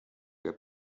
der